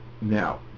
Now